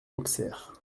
auxerre